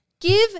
Give